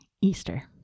Easter